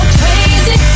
crazy